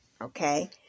okay